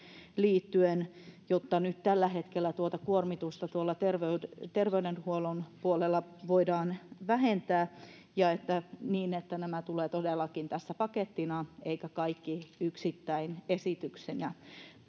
liittyen jotta nyt tällä hetkellä tuota kuormitusta tuolla terveydenhuollon puolella voidaan vähentää ja että nämä tulevat todellakin tässä pakettina eikä kaikki yksittäin esityksinä